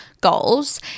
goals